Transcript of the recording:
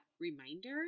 reminder